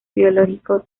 biológico